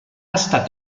estat